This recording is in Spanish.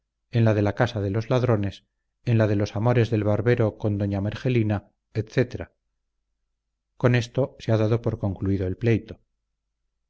en la de la casa de los ladrones en la de los amores del barbero con d a margelina etc con esto se ha dado por concluido el pleito